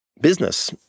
business